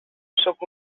sóc